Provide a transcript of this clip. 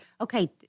okay